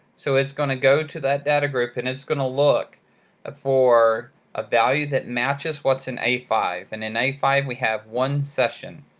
so it's going to go to that data group, and it's going to look for a value that matches what's in a five. and in a five we have one session.